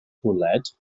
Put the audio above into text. bwled